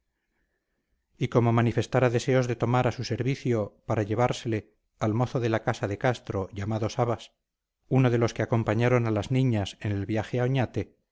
y como manifestara deseos de tomar a su servicio para llevársele al mozo de la casa de castro llamado sabas uno de los que acompañaron a las niñas en el viaje